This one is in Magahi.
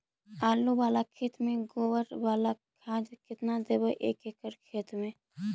आलु बाला खेत मे गोबर बाला खाद केतना देबै एक एकड़ खेत में?